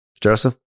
joseph